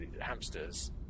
hamsters